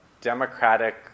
democratic